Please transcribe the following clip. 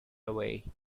away